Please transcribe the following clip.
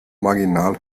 marginal